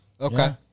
okay